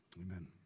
amen